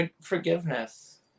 Forgiveness